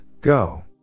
go